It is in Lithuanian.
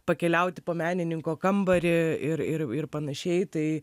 pakeliauti po menininko kambarį ir ir ir panašiai tai